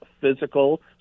physical